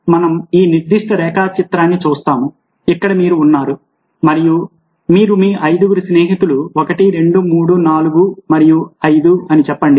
ఇప్పుడు మనం ఈ నిర్దిష్ట రేఖాచిత్రాన్ని చూస్తాము ఇక్కడ మీరు ఉన్నారు మరియు వీరు మీ ఐదుగురు స్నేహితులు 1 2 3 4 మరియు 5 అని చెప్పండి